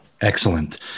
Excellent